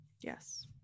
yes